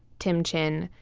tim chin,